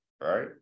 Right